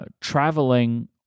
traveling